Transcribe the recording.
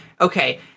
Okay